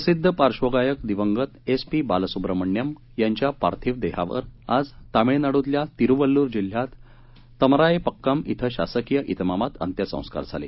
प्रसिद्ध पार्श्वगायक दिवंगत एस पी बालसुब्रह्मण्यम यांच्या पार्थिव देहावर आज तामिळनाडूतल्या तिरुवल्लूर जिल्ह्यात तमरायपक्कम श्रे शासकीय त्रिमामात अंत्यसंस्कार झाले